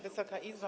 Wysoka Izbo!